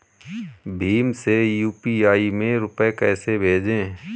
भीम से यू.पी.आई में रूपए कैसे भेजें?